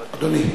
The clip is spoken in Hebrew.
אדוני.